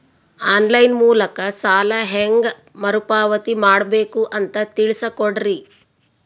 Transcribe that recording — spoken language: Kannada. ಆನ್ ಲೈನ್ ಮೂಲಕ ಸಾಲ ಹೇಂಗ ಮರುಪಾವತಿ ಮಾಡಬೇಕು ಅಂತ ತಿಳಿಸ ಕೊಡರಿ?